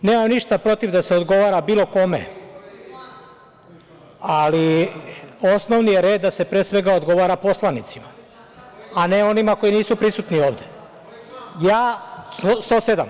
Nemam ništa protiv da se odgovara bilo kome, ali osnovni je red da se pre svega odgovara poslanicima, a ne onima koji nisu prisutni ovde. (Narodni poslanik: Koji član?) Član 107.